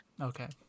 Okay